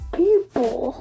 people